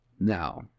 Now